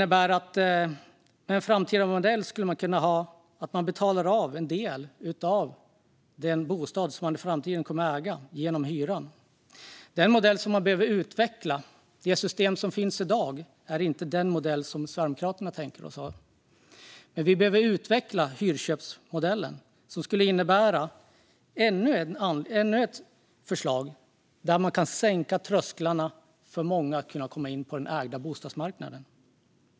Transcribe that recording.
En framtida modell skulle kunna innebära att man via hyran betalar av en del av den bostad som man i framtiden kommer att äga. Det är en modell som man behöver utveckla. Det system som finns i dag är inte den modell som Sverigedemokraterna tänker sig. Vi behöver utveckla hyrköpsmodellen. Det skulle innebära ännu ett förslag för att sänka trösklarna för många till bostadsmarknaden för ägda bostäder.